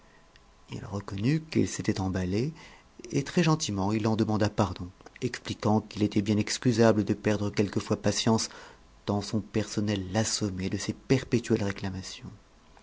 il reconnut qu'il s'était emballé et très gentiment il en demanda pardon expliquant qu'il était bien excusable de perdre quelquefois patience tant son personnel l'assommait de ses perpétuelles réclamations